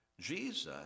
Jesus